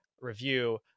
review